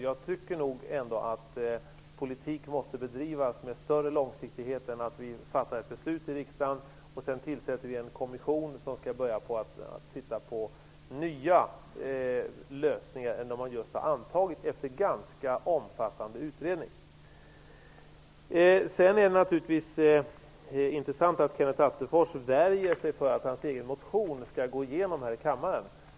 Jag tycker nog ändå att politik måste bedrivas med större långsiktighet än att man då skall tillsätta en kommission som skall arbeta fram nya lösningar i stället för dem som man just har antagit efter en ganska omfattande utredning. Det är naturligtvis intressant att Kenneth Attefors värjer sig för att hans egen motion skall gå igenom här i kammaren.